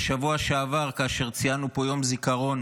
בשבוע שעבר, כאשר ציינו פה יום זיכרון